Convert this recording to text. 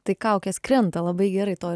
tai kaukės krenta labai gerai to